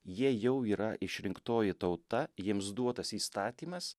jie jau yra išrinktoji tauta jiems duotas įstatymas